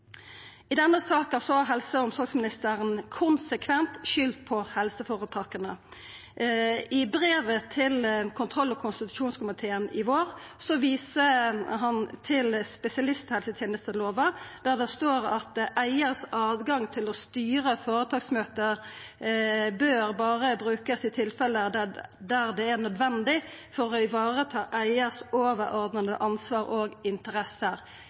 i systemet: I denne saka har helse- og omsorgsministeren konsekvent skyldt på helseforetaka. I brev til kontroll- og konstitusjonskomiteen i fjor vår viser han til spesialisthelsetenestelova. I brevet står det: «Eiers adgang til å styre i foretaksmøter bør bare brukes i tilfeller hvor det er nødvendig for å ivareta eiers overordnede ansvar og interesser.»